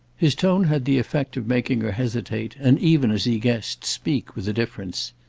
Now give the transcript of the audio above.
his tone had the effect of making her hesitate and even, as he guessed, speak with a difference.